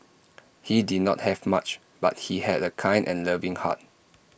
he did not have much but he had A kind and loving heart